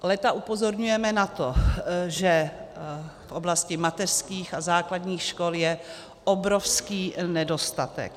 Léta upozorňujeme na to, že v oblasti mateřských a základních škol je obrovský nedostatek.